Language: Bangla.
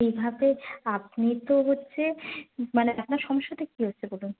এইভাবে আপনি তো হচ্ছে মানে আপনার সমস্যাটা কী হচ্ছে বলুন